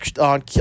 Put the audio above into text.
on